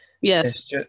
yes